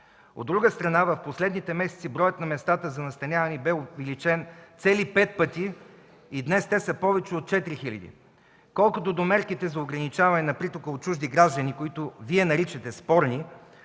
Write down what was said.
От друга страна, в последните месеци броят на местата за настаняване бе увеличен цели пет пъти и днес те са повече от 4 хиляди. Колкото до мерките за ограничаване на притока от чужди граждани, които Вие наричате спорни,